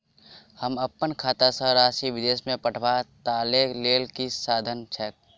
हम अप्पन खाता सँ राशि विदेश मे पठवै ताहि लेल की साधन छैक?